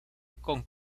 con